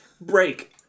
Break